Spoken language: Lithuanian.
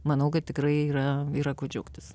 manau kad tikrai yra yra kuo džiaugtis